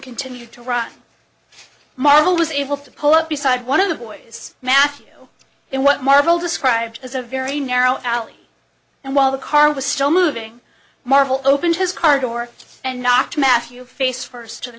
continued to run marvel was able to pull up beside one of the boys matthew in what marvel described as a very narrow alley and while the car was still moving marvel opened his car door and knocked matthew face first to the